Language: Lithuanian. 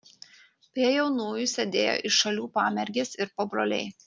prie jaunųjų sėdėjo iš šalių pamergės ir pabroliai